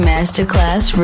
Masterclass